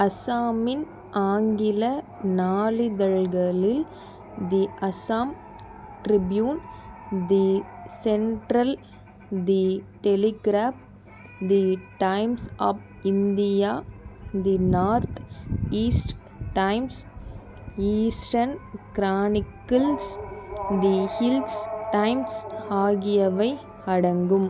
அசாமின் ஆங்கில நாளிதழ்களில் the Assam Tribune the Central the Telegraph the Times of India the North East Times Eastern Chronicles the Hills Times ஆகியவை அடங்கும்